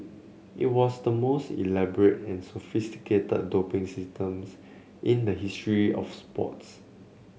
it was the most elaborate and sophisticated doping systems in the history of sports